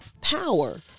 power